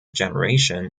generation